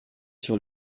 sur